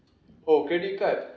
oh credit card